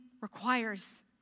requires